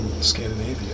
Scandinavia